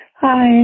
Hi